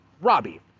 Robbie